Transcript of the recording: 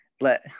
let